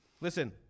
Listen